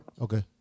okay